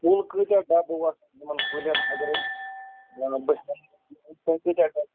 کُل کٲتیٛاہ ڈبہٕ وَسن یِمن کُلٮ۪ن اگر أسۍ باغ بہٕ ہٮ۪مہٕ تۅہہِ کٲتیٛاہ ڈَبہٕ